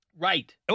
Right